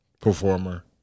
performer